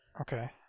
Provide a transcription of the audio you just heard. Okay